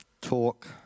talk